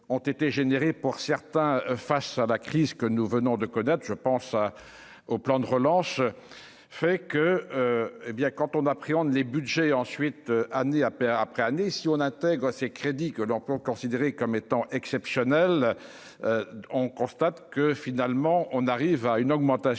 ont été générés pour certains face à la crise que nous venons de connaître, je pense au plan de relance, fait que, hé bien quand on appréhende les Budgets ensuite amené à après après année si on intègre ces crédits que l'emploi considéré comme étant exceptionnel, on constate que finalement on arrive à une augmentation